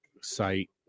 site